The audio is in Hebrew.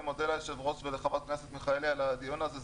אני מודה ליושב-ראש ולחברת הכנסת מיכאלי עד הדיון הזה.